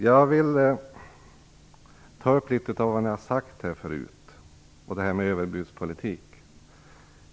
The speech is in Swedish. Jag vill ta upp litet av det som ni har sagt här och detta med överbudspolitik.